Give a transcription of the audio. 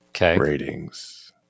ratings